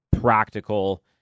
practical